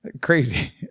crazy